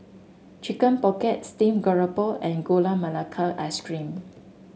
Chicken Pocket Steam Garoupa and Gula Melaka Ice Cream